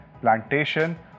plantation